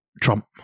Trump